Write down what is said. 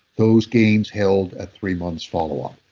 those gains held at three months follow-up.